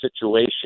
situation